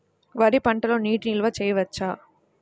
వరి పంటలో నీటి నిల్వ చేయవచ్చా?